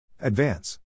Advance